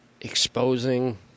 Exposing